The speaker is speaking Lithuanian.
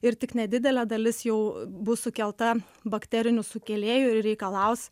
ir tik nedidelė dalis jau bus sukelta bakterinių sukėlėjų ir reikalaus